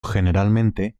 generalmente